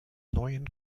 neuen